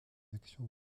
action